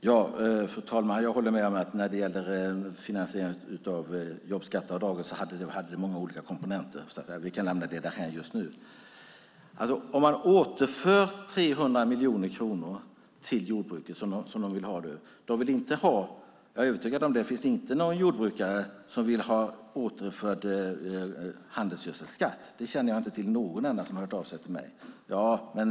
Fru talman! Jag håller med om att finansieringen av jobbskatteavdraget hade många olika komponenter. Vi kan lämna det därhän just nu. Jordbruket vill nu att man återför 300 miljoner kronor till näringen. Jag är övertygad om att det inte finns någon jordbrukare som vill ha återinförd handelsgödselskatt. Det är inte någon enda som har hört av sig till mig om det.